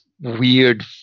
weird